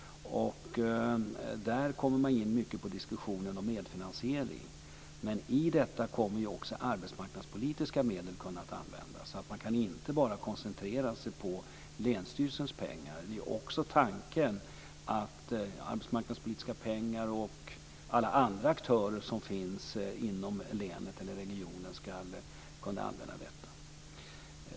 Där kommer man in på diskussionen om medfinansiering. Men arbetsmarknadspolitiska medel kommer också att kunna användas. Man kan alltså inte bara koncentrera sig på länsstyrelsens pengar. Tanken är också att alla aktörer som finns inom länet eller regionen ska kunna använda även arbetsmarknadspolitiska pengar.